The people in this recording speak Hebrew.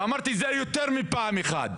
וכבר אמרתי את זה יותר מפעם אחת,